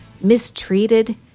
mistreated